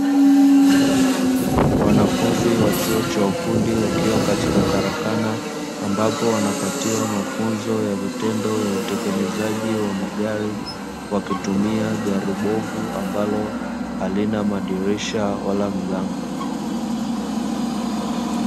Wanafunzi wa chuo cha ufundi wakiwa katika karakana, ambapo wanapatiwa mafunzo ya vitendo ya utengenezaji wa magari, wakitumia gari bovu ambalo halina madirisha wala milango.